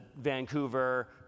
Vancouver